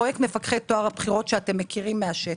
פרויקט מפקחי טוהר הבחירות שאתם מכירים מהשטח.